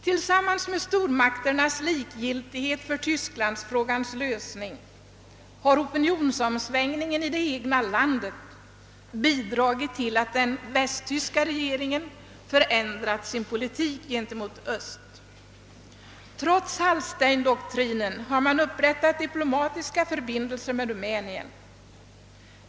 Tillsammans med statsmakternas likgiltighet för tysklandsfrågans lösning har opinionsomsvängningen i det egna landet bidragit till att den västtyska regeringen förändrat sin politik gentemot öst. Trots Hallsteindoktrinen har man upprättat diplomatiska förbindelser med Rumänien.